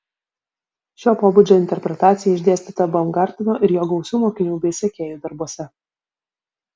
šio pobūdžio interpretacija išdėstyta baumgarteno ir jo gausių mokinių bei sekėjų darbuose